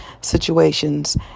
situations